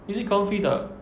is it comfy tak